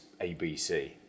ABC